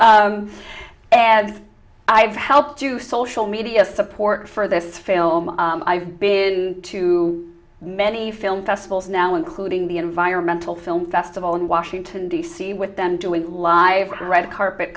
and i have helped to social media support for this film i've been to many film festivals now including the environmental film festival in washington d c with them doing live red carpet